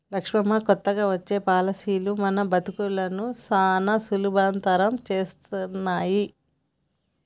లక్ష్మమ్మ కొత్తగా వచ్చే పాలసీలు మన బతుకులను సానా సులభతరం చేస్తున్నాయి